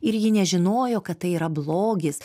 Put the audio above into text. ir ji nežinojo kad tai yra blogis